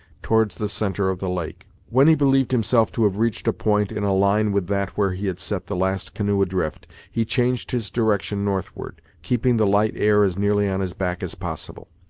towards the centre of the lake. when he believed himself to have reached a point in a line with that where he had set the last canoe adrift, he changed his direction northward, keeping the light air as nearly on his back as possible.